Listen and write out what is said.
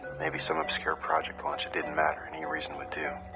imaybe some obscure project launch. it didn't matter. any reason would do.